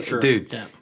Dude